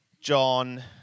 John